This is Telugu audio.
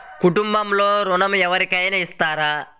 కుటుంబంలో ఋణం ఎవరికైనా ఇస్తారా?